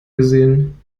gesehen